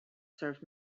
served